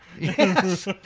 Yes